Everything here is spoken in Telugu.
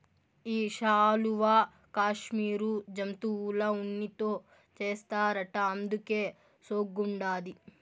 ఈ శాలువా కాశ్మీరు జంతువుల ఉన్నితో చేస్తారట అందుకే సోగ్గుండాది